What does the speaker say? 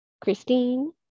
Christine